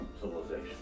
civilization